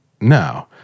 No